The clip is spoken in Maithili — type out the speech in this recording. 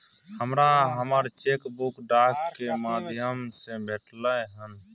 हमरा हमर चेक बुक डाक के माध्यम से भेटलय हन